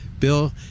Bill